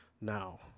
Now